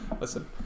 listen